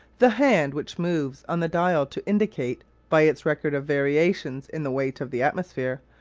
the hand which moves on the dial to indicate, by its record of variations in the weight of the atmosphere,